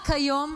רק היום,